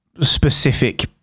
specific